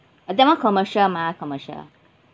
that [one] commercial mah commercial